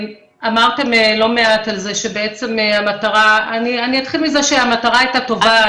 אמרתם לא מעט על זה שהמטרה אני אתחיל מזה שהמטרה הייתה טובה,